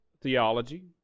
theology